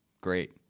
Great